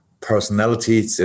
personality